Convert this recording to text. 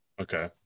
Okay